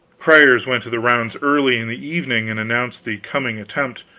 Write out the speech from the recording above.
criers went the rounds early in the evening and announced the coming attempt,